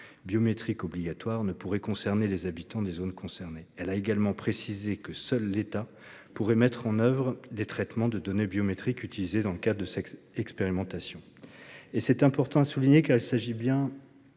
biométrique obligatoire ne pourrait concerner les habitants des zones concernées. Elle a aussi précisé que seul l'État pourrait mettre en oeuvre les traitements de données biométriques utilisés dans le cadre de cette expérimentation. C'est important à souligner, car il s'agit bien